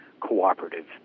cooperative